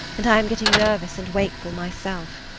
and i am getting nervous and wakeful myself.